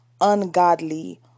ungodly